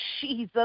Jesus